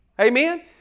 Amen